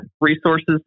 resources